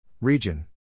Region